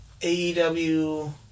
AEW